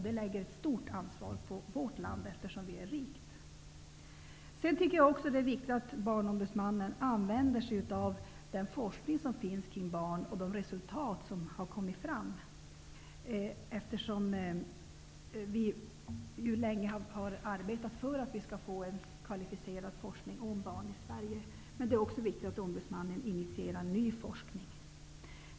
Det lägger ett stort ansvar på vårt land, eftersom vi är rika. Det är också viktigt att Barnombudsmannen använder sig av den forskning som finns kring barn och de resultat som har kommit fram. Vi har länge arbetat för att vi skall få en kvalificerad forskning om barn i Sverige. Det är också viktigt att Barnombudsmannen initierar ny forskning.